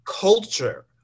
culture